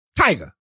Tiger